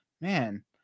man